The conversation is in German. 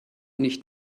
nicht